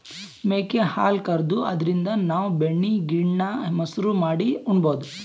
ಮೇಕೆ ಹಾಲ್ ಕರ್ದು ಅದ್ರಿನ್ದ್ ನಾವ್ ಬೆಣ್ಣಿ ಗಿಣ್ಣಾ, ಮಸರು ಮಾಡಿ ಉಣಬಹುದ್